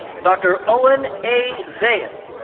dr. owen a. vail.